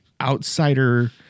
outsider